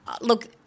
Look